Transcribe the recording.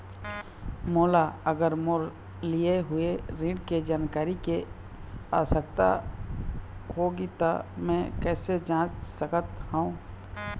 मोला अगर मोर लिए हुए ऋण के जानकारी के आवश्यकता होगी त मैं कैसे जांच सकत हव?